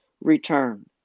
return